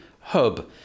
hub